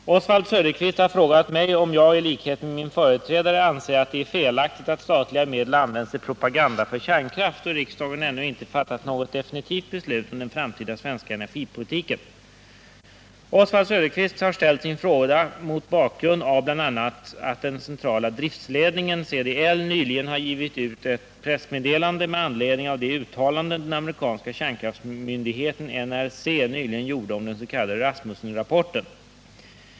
Herr talman! Oswald Söderqvist har frågat mig om jag, i likhet med min företrädare, anser att det är felaktigt att statliga medel används till propaganda för kärnkraft då riksdagen ännu inte fattat något definitivt beslut om den framtida svenska energipolitiken. Oswald Söderqvist har ställt sin fråga mot bakgrund av bl.a. att centrala driftledningen, CDL, nyligen har gett ut ett pressmeddelande med anledning av det uttalande den amerikanska kärnsäkerhetsmyndigheten, NRC, nyligen gjort om den s.k. Rasmussenrapporten.